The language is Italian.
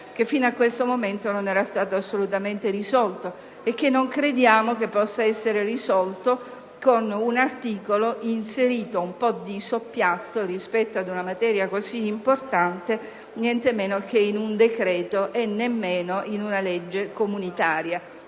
riconosciuto il relatore, assolutamente risolto e che non crediamo possa essere risolto con un articolo inserito un po' di soppiatto rispetto ad una materia così importante, nientemeno che in un decreto e nemmeno in una legge comunitaria.